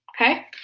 okay